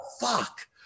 fuck